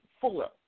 fuller